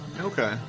Okay